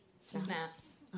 Snaps